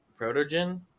Protogen